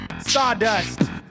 sawdust